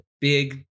big